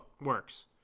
works